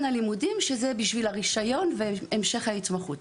הלימודים שזה בשביל הרישיון והמשך ההתמחות.